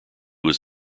was